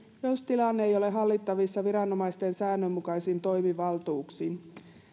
jos tilanne ei ole hallittavissa viranomaisten säännönmukaisin toimivaltuuksin